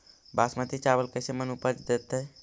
बासमती चावल कैसे मन उपज देतै?